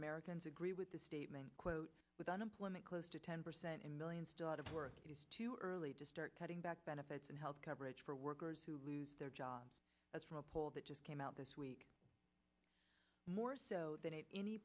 americans agree with the statement quote with unemployment close to ten percent and millions still out of work it is too early to start cutting back benefits and health coverage for workers who lose their jobs that's from a poll that just came out this week more than a